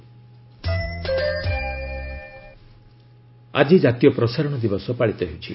NBD ଆଜି ଜାତୀୟ ପ୍ରସାରଣ ଦିବସ ପାଳିତ ହେଉଛି